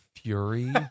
fury